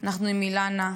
אנחנו עם אילנה,